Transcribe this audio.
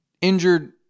injured